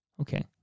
Okay